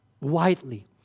widely